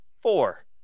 four